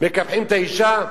מקפחים את האשה?